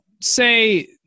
say